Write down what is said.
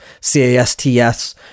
C-A-S-T-S